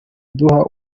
duha